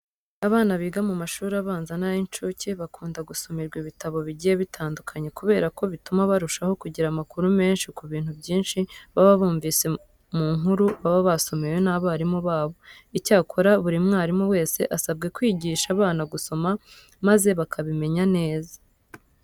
Abana biga mu mashuri abanza n'ay'incuke bakunda gusomerwa ibitabo bigiye bitandukanye kubera ko bituma barushaho kugira amakuru menshi ku bintu byinshi baba bumvise mu nkuru baba basomewe n'abarimu babo. Icyakora buri mwarimu wese asabwa kwigisha abana gusoma maze bakabimenya neza.